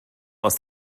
aus